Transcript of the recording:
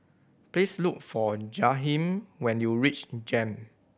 please look for Jaheem when you reach JEM